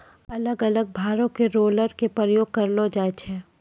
अलग अलग भारो के रोलर के प्रयोग करलो जाय छै